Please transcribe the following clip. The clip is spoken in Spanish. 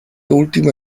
última